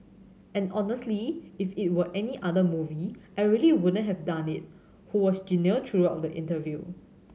and honestly if it were any other movie I really wouldn't have done it who was genial throughout the interview